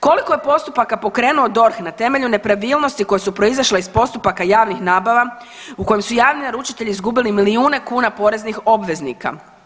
Koliko je postupaka pokrenuo DORH na temelju nepravilnosti koje su proizašle iz postupaka javnih nabava u kojim su javni naručitelji izgubili milijune kuna poreznih obveznika?